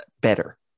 better